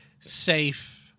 safe